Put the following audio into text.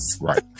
Right